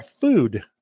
food